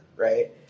Right